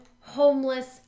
homeless